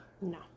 No